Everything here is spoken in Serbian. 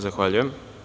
Zahvaljujem.